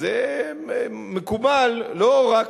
אז מקובל, לא רק,